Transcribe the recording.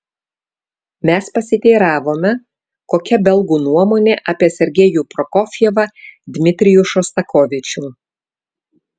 mes pasiteiravome kokia belgų nuomonė apie sergejų prokofjevą dmitrijų šostakovičių